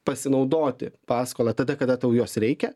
pasinaudoti paskola tada kada tau jos reikia